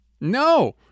No